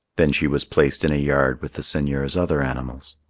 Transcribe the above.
then she was placed in a yard with the seigneur's other animals.